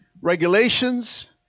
regulations